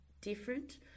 different